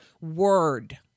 word